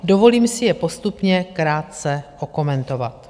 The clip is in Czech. Dovolím si je postupně krátce okomentovat.